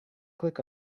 click